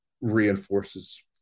reinforces